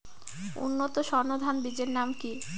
উন্নত সর্ন ধান বীজের নাম কি?